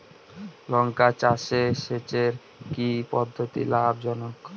লঙ্কা চাষে সেচের কি পদ্ধতি লাভ জনক?